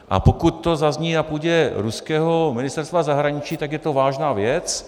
A pokud to zazní na půdě ruského Ministerstva zahraničí, tak je to vážná věc.